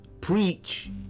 Preach